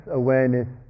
awareness